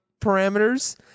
parameters